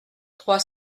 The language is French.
trois